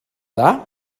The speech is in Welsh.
dda